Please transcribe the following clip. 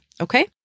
Okay